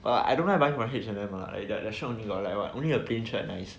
I don't like buying from H&M like like their shirt only got like what only a pinch quite nice